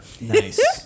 Nice